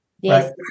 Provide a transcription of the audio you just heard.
Yes